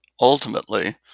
ultimately